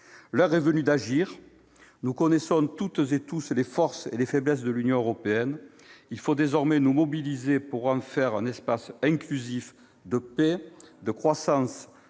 L'heure est venue d'agir. Nous connaissons toutes et tous les forces et les faiblesses de l'Union européenne ; il faut désormais nous mobiliser pour en faire un espace inclusif de paix, de croissance,